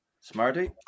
smarty